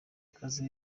ikaze